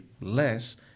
less